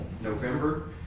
November